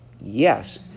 Yes